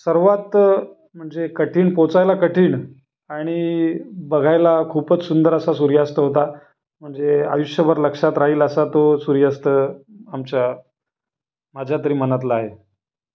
सर्वात म्हणजे कठीण पोचायला कठीण आणि बघायला खूपच सुंदर असा सूर्यास्त होता म्हणजे आयुष्यभर लक्षात राहील असा तो सूर्यास्त आमच्या माझ्यातरी मनातला आहे